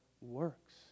works